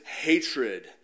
hatred